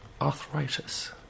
Arthritis